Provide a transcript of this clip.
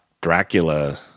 Dracula